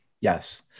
yes